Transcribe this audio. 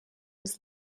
his